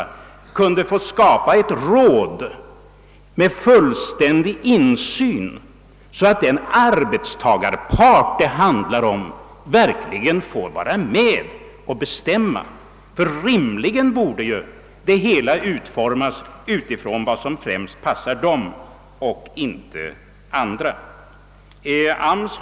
Vi borde skapa ett råd med fullständig insyn, så att den arbetstagarpart det här handlar om verkligen får vara med och bestämma. Hela verksamheten bör ju rimligtvis utformas främst utifrån vad som passar arbetstagarna, inte någon annan.